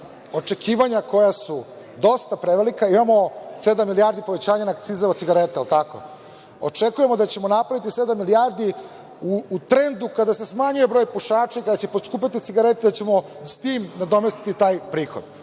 očekivanja koja su dosta prevelika. Imamo sedam milijardi povećanja akciza cigareta, je li tako? Očekujemo da ćemo napraviti sedam milijardi u trendu kada se smanjuje broj pušača i kada će poskupeti cigarete, da ćemo s tim nadomestiti taj prihod.